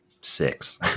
six